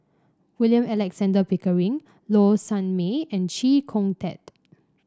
William Alexander Pickering Low Sanmay and Chee Kong Tet